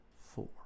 four